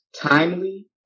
timely